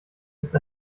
ist